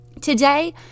Today